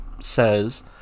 says